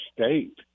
state